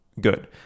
good